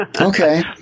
Okay